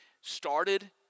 started